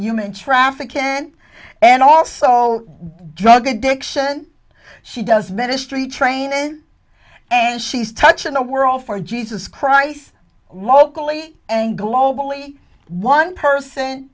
human trafficking and also drug addiction she does ministry training and she's touching the world for jesus christ locally and globally one person